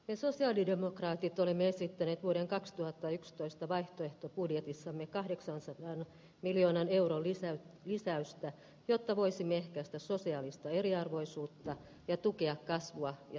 ja sosialidemokraatit olemme esittäneet vuoden kaksituhattayksitoista vaihtoehtobudjetissamme kahdeksansataa miljoonan euron lisä lisäystä jotta voisimme ehkäistä sosiaalista eriarvoisuutta ja tukea kasvua ja